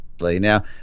Now